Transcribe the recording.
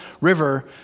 River